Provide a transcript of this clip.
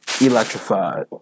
electrified